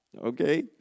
Okay